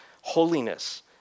holiness